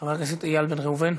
חבר הכנסת איל בן ראובן,